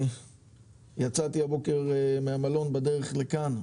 יצאתי הבוקר מהמלון בדרך לכאן,